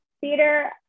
theater